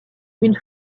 une